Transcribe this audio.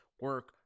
Work